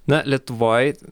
na lietuvoj